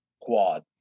quad